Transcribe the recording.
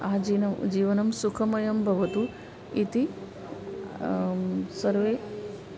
आजीवनं जीवनं सुखमयं भवतु इति सर्वे